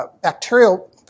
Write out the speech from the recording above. bacterial